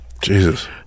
Jesus